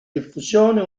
diffusione